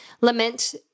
lament